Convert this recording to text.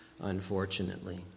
Unfortunately